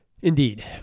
Indeed